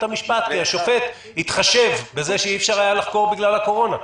המשפט כי השופט התחשב בזה שאי אפשר היה לחקור בגלל הקורונה.